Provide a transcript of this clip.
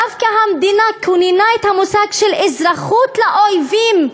דווקא המדינה כוננה את המושג של אזרחות לאויבים.